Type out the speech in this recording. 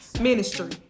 ministry